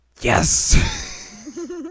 Yes